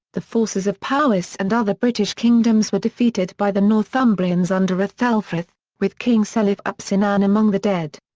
the forces of powys and other british kingdoms were defeated by the northumbrians under aethelfrith, with king selyf ap cynan among the dead.